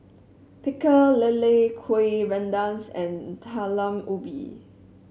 Pecel Lele Kueh Rengas and Talam Ubi